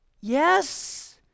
Yes